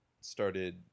started –